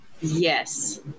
Yes